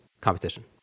competition